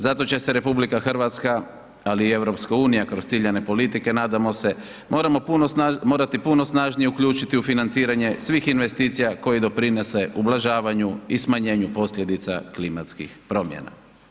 Zato će se RH, ali i EU kroz ciljane politike, nadamo se, morati puno snažnije uključiti u financiranje svih investicija koje doprinose ublažavanju i smanjenju posljedica klimatskih promjena.